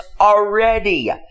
already